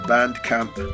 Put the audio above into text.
Bandcamp